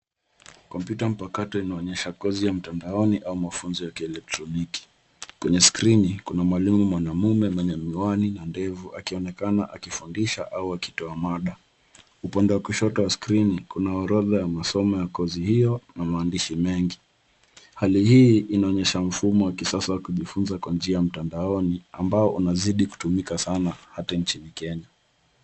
Kompyuta mpakato inaonyesha kozi ya mtandaoni au mafunzo ya kielektroniki. Kwenye skrini, kuna mwalimu mwanaume mwenye miwani na ndevu akionekana akifundisha au akitoa mada. Upande wa kushoto wa skrini kuna orodha ya masomo ya kozi hio na maandishi mengi. Hali hii inaonyesha mfumo wa kisasa wa kujifunza kwa njia ya mtandaoni ambao unazidi kutumika sana hata nchini Kenya.